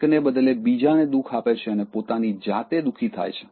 એકને બદલે બીજાને દુખ આપે છે અને પોતાની જાતે દુખી થાય છે